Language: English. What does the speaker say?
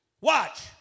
watch